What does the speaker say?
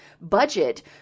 budget